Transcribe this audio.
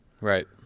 Right